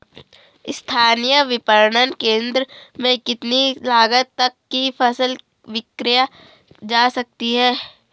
स्थानीय विपणन केंद्र में कितनी लागत तक कि फसल विक्रय जा सकती है?